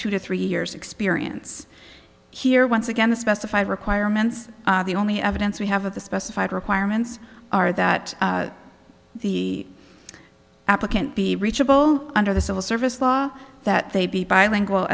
two to three years experience here once again the specified requirements the only evidence we have of the specified requirements are that the applicant be reachable under the civil service law that they be bilingual